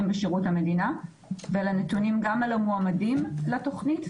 בשירות המדינה ולנתונים גם על המועמדים לתכנית,